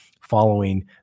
following